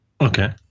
Okay